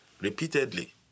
repeatedly